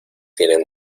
tienen